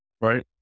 right